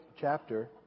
chapter